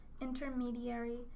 intermediary